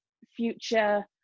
future